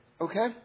okay